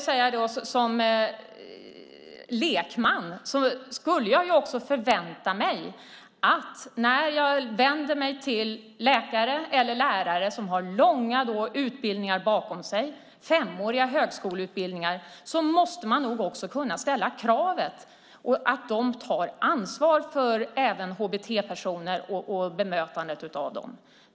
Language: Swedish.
Som lekman förväntar jag mig att när jag vänder mig till läkare eller lärare som har långa utbildningar - femåriga högskoleutbildningar - bakom sig måste man kunna ställa kravet att de tar ansvar även för HBT-personer och bemötandet av dem.